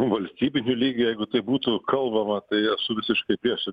valstybiniu lygiu jeigu tai būtų kalbama tai aš visiškai prieš